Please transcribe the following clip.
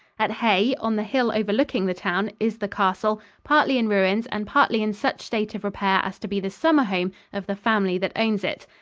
at hay, on the hill overlooking the town, is the castle, partly in ruins and partly in such state of repair as to be the summer home of the family that owns it.